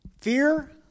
fear